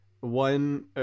One